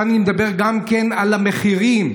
אני מדבר גם על המחירים.